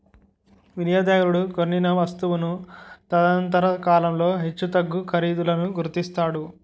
వినియోగదారుడు కొనిన వస్తువును తదనంతర కాలంలో హెచ్చుతగ్గు ఖరీదులను గుర్తిస్తాడు